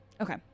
Okay